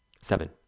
Seven